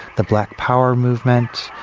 the black power movement,